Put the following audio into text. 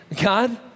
God